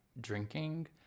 drinking